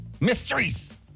Mysteries